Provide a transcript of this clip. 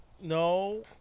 No